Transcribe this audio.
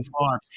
far